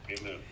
amen